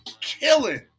killing